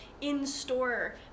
in-store